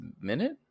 minute